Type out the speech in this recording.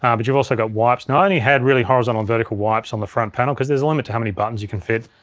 um but you've also got wipes. now, i only had really horizontal and vertical wipes on the front panel cause there's a limit to how many buttons you can fit,